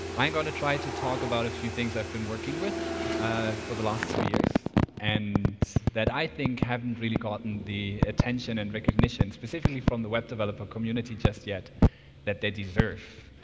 i'm going to try to talk about a few things i've been working with for the last two years and that i think haven't really gotten the attention and and specifically from the web developer community just yet that they deserve,